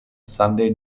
sunday